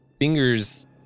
Fingers